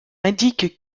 indique